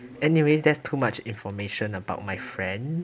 anyway that's too much information about my friend